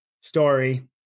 story